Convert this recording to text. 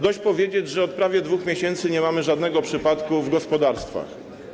Dość powiedzieć, że od prawie 2 miesięcy nie mamy żadnego przypadku w gospodarstwach.